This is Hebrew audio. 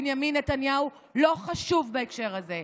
בנימין נתניהו לא חשוב בהקשר הזה.